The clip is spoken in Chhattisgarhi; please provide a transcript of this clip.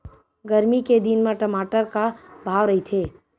गरमी के दिन म टमाटर का भाव रहिथे?